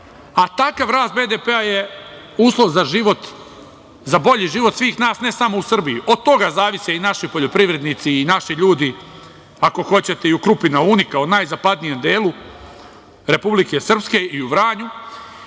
a takav rast BDP-a je uslov za bolji život svih nas, ne samo u Srbiji od toga zavise i naši poljoprivrednici i naši ljudi, ako hoćete i u Krupa na Uni u najzapadnijem delu Republike Srpske i u Vranju